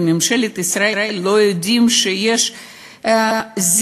בממשלת ישראל לא יודעים שיש זיקנה?